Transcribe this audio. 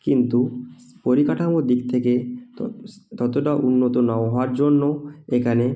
কিন্তু পরিকাঠামোর দিক থেকে ততটা উন্নত না হওয়ার জন্য এখানে